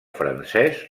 francès